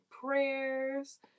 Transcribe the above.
prayers